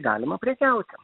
galima prekiauti